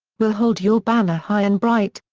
we'll hold your banner high and bright,